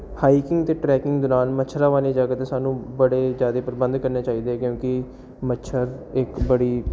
hiking ਅਤੇ trekking ਦੌਰਾਨ ਮੱਛਰਾਂ ਵਾਲੀ ਜਗ੍ਹਾ 'ਤੇ ਸਾਨੂੰ ਬੜੇ ਜ਼ਿਆਦਾ ਪ੍ਰਬੰਧ ਕਰਨੇ ਚਾਹੀਦੇ ਕਿਉਂਕਿ ਮੱਛਰ ਇੱਕ ਬੜੀ